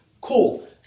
Cool